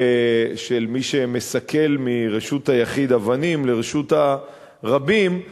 מי שמסקל אבנים מרשות היחיד לרשות הרבים,